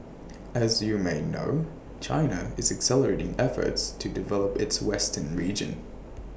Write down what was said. as you may know China is accelerating efforts to develop its western region